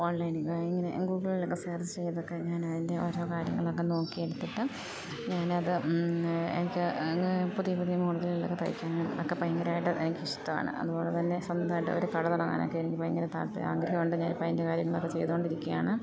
ഓൺലൈനിൽ നിന്ന് ഇങ്ങനെ ഗൂഗിളിലൊക്കെ സെർച്ചു ചെയ്തൊക്കെ ഞാൻ അതിൻ്റെ ഓരോ കാര്യങ്ങളൊക്കെ നോക്കി എടുത്തിട്ട് ഞാൻ അത് എനിക്ക് പുതിയ പുതിയ മോഡലുകളിലൊക്കെ തയ്ക്കാനൊക്കെ ഭങ്കരമായിട്ട് എനക്ക് ഇഷ്ടമാണ് അതുപോലെ തന്നെ സ്വന്തമായിട്ട് ഒരു കട തുടങ്ങാനൊക്കെ എനിക്ക് ഭയങ്കര താല്പര്യം ആഗ്രഹമുണ്ട് ഞാൻ ഇപ്പം അതിൻ്റെ കാര്യങ്ങളൊക്കെ ചെയ്തു കൊണ്ടിരിക്കുകയാണ്